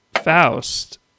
Faust